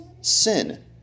sin